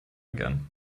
again